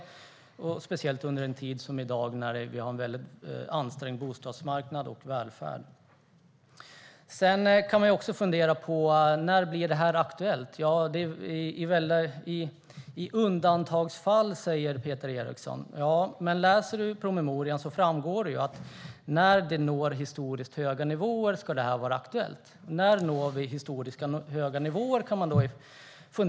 Det gäller speciellt under tider som i dag, när vi har en väldigt ansträngd bostadsmarknad och välfärd. När blir det här aktuellt? I undantagsfall, säger Peter Eriksson. Ja, men av promemorian framgår det att det ska vara aktuellt när vi når historiskt höga nivåer. Man kan då fundera på när vi når historiskt höga nivåer.